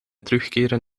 terugkeren